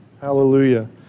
Hallelujah